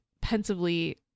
pensively